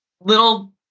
little